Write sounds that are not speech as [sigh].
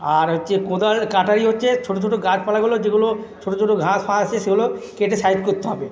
আর হচ্ছে কোদাল কাটারি হচ্ছে ছোটো ছোটো গাছপালাগুলো যেগুলো ছোটো ছোটো ঘাস ফাস [unintelligible] সেগুলো কেটে সাইড করতে হবে